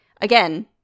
again